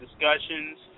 discussions